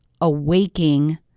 awaking